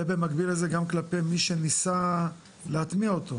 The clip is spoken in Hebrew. ובמקביל לזה גם כלפי מי שניסה להטמיע אותו,